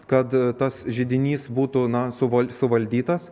kad tas židinys būtų na suvol suvaldytas